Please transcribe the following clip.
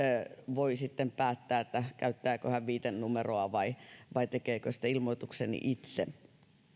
voi päättää käyttääkö hän viitenumeroa vai vai tekeekö ilmoituksen itse